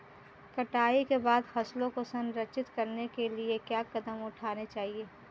कटाई के बाद फसलों को संरक्षित करने के लिए क्या कदम उठाने चाहिए?